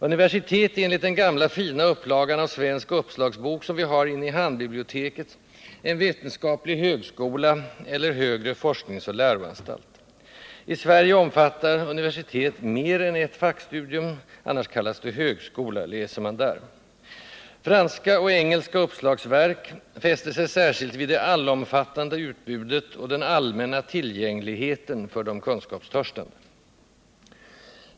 Universitet är enligt den gamla fina upplagan av Svensk Uppslagsbok, som vi har inne i handbiblioteket, en vetenskaplig högskola eller högre forskningsoch läroanstalt. I Sverige omfattar universitetet mer än ett fackstudium, annars kallas det högskola, läser man där. Franska och engelska uppslagsverk fäster sig särskilt vid det allomfattande utbudet och den allmänna tillgängligheten för de kunskapstörstande.